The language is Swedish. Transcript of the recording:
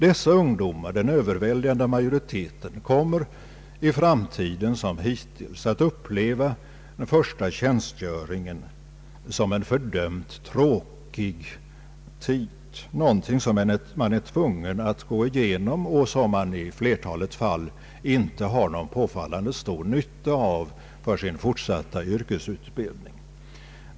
Dessa ungdomar — alltså den överväldigande majoriteten — kommer i framtiden liksom hittills att uppleva den första tjänstgöringen som en fördömt tråkig tid, någonting som man är tvungen att gå igenom och i flertalet fall inte har någon påfallande stor nytta av för sin fortsatta yrkesutbildning.